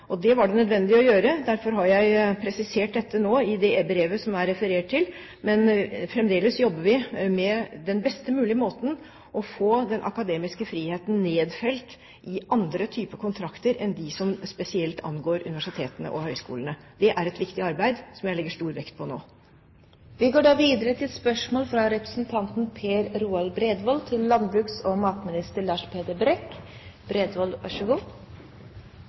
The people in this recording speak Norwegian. Det var det nødvendig å gjøre. Derfor har jeg presisert dette nå, i det brevet som det er referert til. Men fremdeles jobber vi med den best mulige måten for å få den akademiske friheten nedfelt i andre typer kontrakter enn de som spesielt angår universitetene og høyskolene. Det er et viktig arbeid som jeg legger stor vekt på nå. Jeg tillater meg å stille følgende spørsmål til landbruks- og matministeren: «123 703 fjærfe døde under transport til